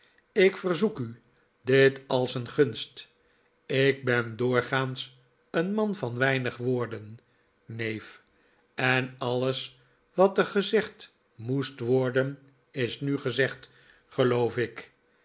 ik verzoek u dit als een gunst ik ben doorgaans een man van weinig woorden neef en alles wat er gezegd moest worden is nu gezegd geloof ik